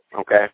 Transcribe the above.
okay